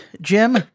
Jim